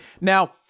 Now